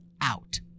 out